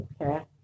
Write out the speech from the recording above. Okay